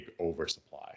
oversupply